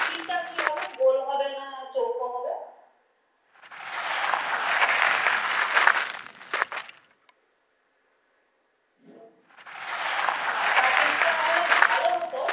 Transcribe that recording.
হ্যাঁ হ্যাঁ আপনার কাছেই তো আমি প্রায় কাটিয়ে নিয়ে যাই আপনার হয়তো লক্ষ্য পড়েনি বা আপনার হয়তো মনে নেই কিন্তু আমরা আমাদের এখানে যত জন আছে আমাদের পরিবারের আমরা সব আপনার কাছেই কাটাতে যাই কারণ আপনি কাজটা খুব সুন্দর ভাবে করেন